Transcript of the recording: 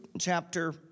chapter